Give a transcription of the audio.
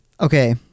Okay